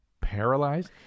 Paralyzed